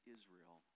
Israel